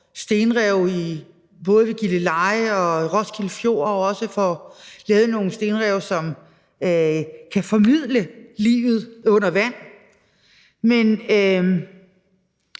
stenrev både ved Gilleleje og Roskilde Fjord og også får lavet nogle stenrev, som kan formidle livet under vand, men